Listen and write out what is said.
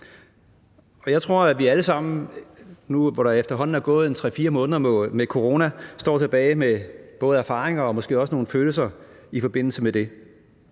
jeg tror, at vi allesammen nu, hvor der efterhånden er gået 3-4 måneder med corona, står tilbage med både erfaringer og måske også nogle følelser i forbindelse med det.